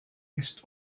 ist